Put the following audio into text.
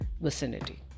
vicinity